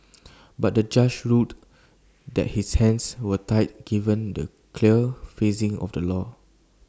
but the judge ruled that his hands were tied given the clear phrasing of the law